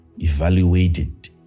evaluated